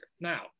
Now